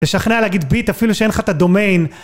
לשכנע להגיד ביט אפילו שאין לך את הדומיין